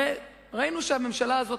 הרי ראינו שהממשלה הזאת,